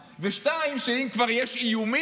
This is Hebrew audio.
זה, 1. 2. אם כבר יש איומים,